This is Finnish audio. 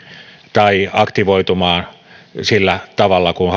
tai aktivoitumaan sillä tavalla kuin